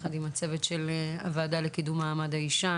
יחד עם הצוות של הוועדה לקידום מעמד האישה.